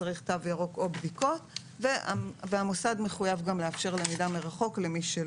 צריך תו ירוק או בדיקות והמוסד מחויב גם לאפשר למידה מרחוק למי שלא.